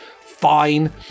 fine